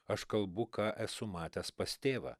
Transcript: aš kalbu ką esu matęs pas tėvą